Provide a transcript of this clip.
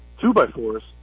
two-by-fours